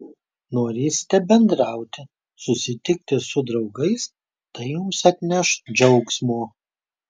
norėsite bendrauti susitikti su draugais tai jums atneš džiaugsmo